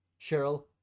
Cheryl